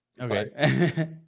Okay